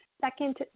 second